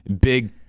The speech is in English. big